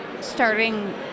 starting